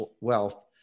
wealth